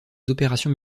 opérations